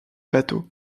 bateaux